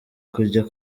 kujya